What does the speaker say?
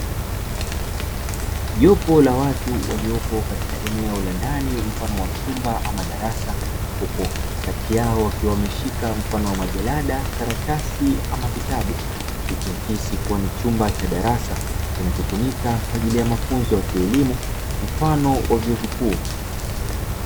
Jopo la watu waliopo katika eneo la ndani, wakiwa kama darasa huku kati yao wakiwa wameshika mfano wa jalada karatasi ama vitabu yakisi kuwa ni chumba cha darasa kinachotumika kwa ajili ya kujifunza mfano wa vyuo vikuu.